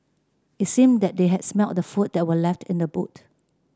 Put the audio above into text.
it seemed that they had smelt the food that were left in the boot